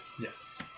Yes